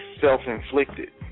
self-inflicted